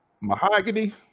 Mahogany